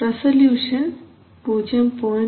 resolution 0